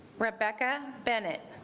rebecca bennet